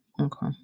Okay